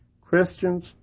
Christians